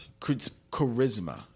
charisma